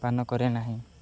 ପାନ କରେ ନାହିଁ